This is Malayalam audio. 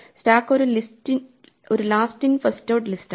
സ്റ്റാക്ക് ഒരു ലാസ്റ്റ് ഇൻ ഫസ്റ്റ് ഔട്ട് ലിസ്റ്റാണ്